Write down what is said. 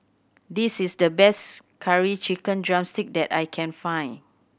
this is the best Curry Chicken drumstick that I can find